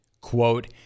quote